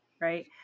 right